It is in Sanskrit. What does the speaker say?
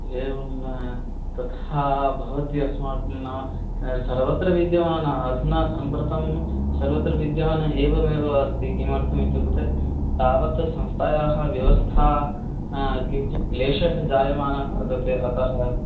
एवं तथा भवति अस्माकं नाम सर्वत्र विद्यमाना अधुना साम्प्रतं सर्वत्र विद्यमानम् एवमेव अस्ति किमर्थमित्युक्ते तावत् संस्थायाः व्यवस्था किञ्चित् क्लेशः जायमानः वर्तते अतः